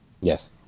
Yes